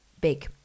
big